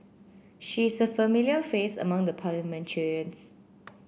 she is a familiar face among the parliamentarians